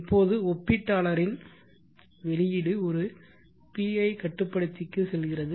இப்போது ஒப்பீட்டாளரின் வெளியீடு ஒரு PI கட்டுப்படுத்திக்கு செல்கிறது